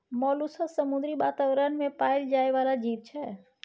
molluscs समुद्री बातावरण मे पाएल जाइ बला जीब छै